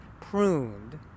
pruned